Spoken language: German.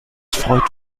freut